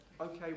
Okay